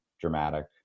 dramatic